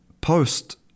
post